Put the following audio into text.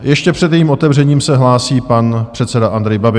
Ještě před jejím otevřením se hlásí pan předseda Andrej Babiš.